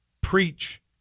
preach